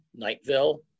Knightville